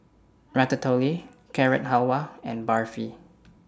Ratatouille Carrot Halwa and Barfi